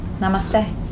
Namaste